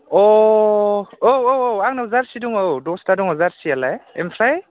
अ औ औ औ आंनाव जार्सि दङ औ दसथा दङ जार्सियालाय ओमफ्राय